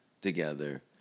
together